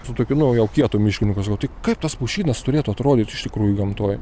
su tokiu nu jau kietu miškininku sakau o tai kad tas pušynas turėtų atrodyt iš tikrųjų gamtoj